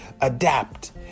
adapt